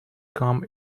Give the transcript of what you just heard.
come